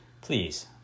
please